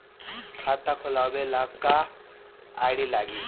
खाता खोलाबे ला का का आइडी लागी?